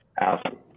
Awesome